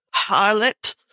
Harlot